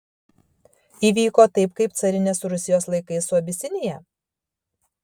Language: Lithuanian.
įvyko taip kaip carinės rusijos laikais su abisinija